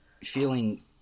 feeling